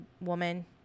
woman